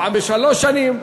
פעם בשלוש שנים,